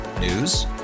News